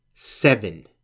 seven